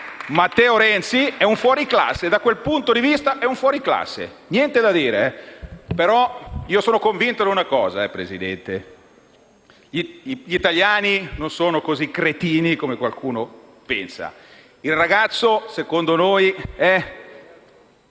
Matteo Renzi è un fuoriclasse: da quel punto di vista è un fuoriclasse, e non c'è nient'altro da dire. Sono però convinto di una cosa, signora Presidente. Gli italiani non sono così cretini, come qualcuno pensa. Il ragazzo, secondo noi, se